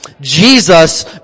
Jesus